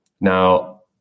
Now